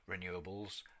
renewables